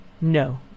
no